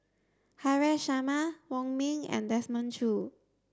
Haresh Sharma Wong Ming and Desmond Choo